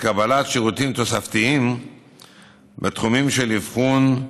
נדרשת לקבלת שירותים תוספתיים בתחומים של אבחון,